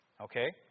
Okay